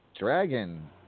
Dragon